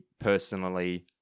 personally